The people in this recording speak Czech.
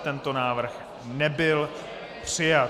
Tento návrh nebyl přijat.